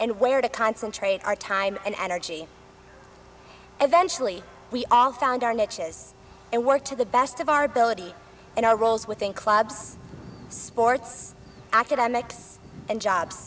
and where to concentrate our time and energy eventually we all found our niches and work to the best of our ability and our roles within clubs sports academics and jobs